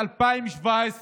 בשנת 2017,